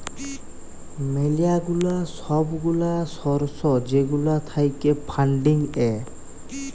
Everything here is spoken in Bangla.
ম্যালা গুলা সব গুলা সর্স যেগুলা থাক্যে ফান্ডিং এ